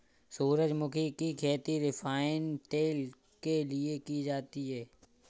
सूरजमुखी की खेती रिफाइन तेल के लिए की जाती है